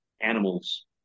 animals